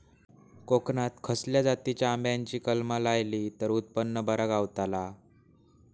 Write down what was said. कोकणात खसल्या जातीच्या आंब्याची कलमा लायली तर उत्पन बरा गावताला?